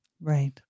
Right